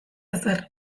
ezer